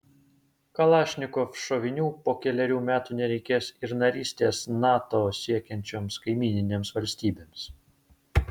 kalašnikov šovinių po kelerių metų nereikės ir narystės nato siekiančioms kaimyninėms valstybėms